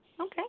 Okay